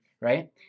right